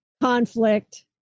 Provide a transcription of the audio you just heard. conflict